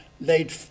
laid